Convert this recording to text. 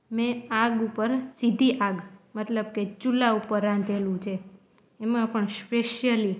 મેં આગ ઉપર સીધી આગ મતલબ કે ચૂલા ઉપર રાંધેલું છે એમા પણ સ્પેસ્યલ